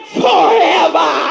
forever